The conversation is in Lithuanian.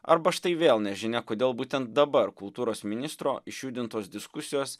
arba štai vėl nežinia kodėl būtent dabar kultūros ministro išjudintos diskusijos